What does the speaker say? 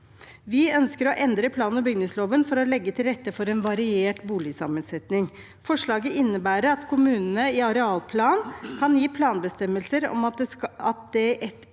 Vi ønsker å endre planog bygningsloven for å legge til rette for en variert boligsammensetning. Forslaget innebærer at kommunene i arealplan kan gi planbestemmelser om at det i et